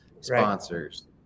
sponsors